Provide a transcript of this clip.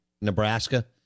Nebraska